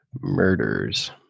murders